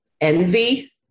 envy